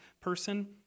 person